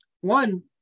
one